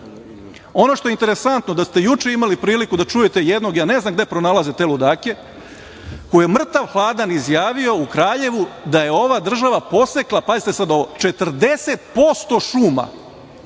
što je interesantno da ste juče imali priliku da čujete jednog, ja ne znam gde pronalaze te ludake, koji je mrtav hladan izjavio u Kraljevu da je ova država posekla, pazite sad ovo, 40% šuma,